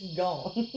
gone